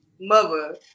mother